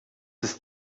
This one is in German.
ist